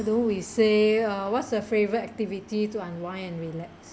though we say ah what's your favourite activity to unwind and relax